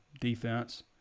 defense